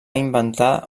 inventar